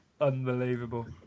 Unbelievable